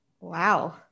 Wow